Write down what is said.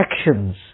actions